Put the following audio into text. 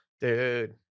Dude